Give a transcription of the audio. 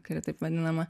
kuri taip vadinama